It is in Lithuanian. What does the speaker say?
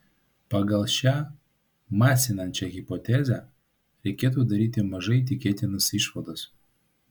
pagal šią masinančią hipotezę reikėtų daryti mažai tikėtinas išvadas